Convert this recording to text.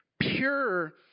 pure